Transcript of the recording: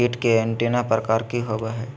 कीट के एंटीना प्रकार कि होवय हैय?